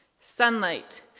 Sunlight